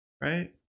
right